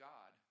God